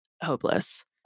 hopeless